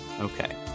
Okay